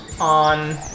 on